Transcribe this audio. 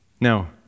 Now